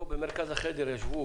פה, במרכז החדר ישבו